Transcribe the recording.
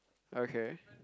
okay